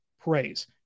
praise